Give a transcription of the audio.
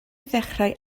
ddechrau